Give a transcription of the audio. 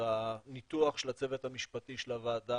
אז הניתוח של הצוות המשפטי של הוועדה